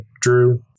Drew